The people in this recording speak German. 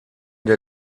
der